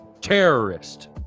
terrorist